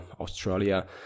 Australia